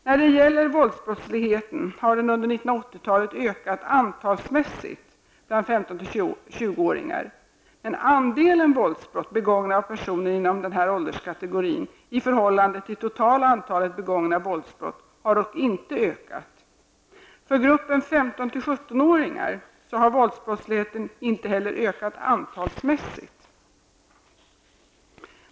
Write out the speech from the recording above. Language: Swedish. När det sedan gäller våldsbrottsligheten har den under 1980-talet ökat antalsmässigt bland 15--20-åringar men andelen våldsbrott begångna av personer inom denna ålderskategori i förhållande till totala antalet begångna våldsbrott har dock inte ökat. För gruppen 15--17-åringar har våldsbrottsligheten inte heller ökat antalsmässigt.